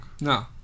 No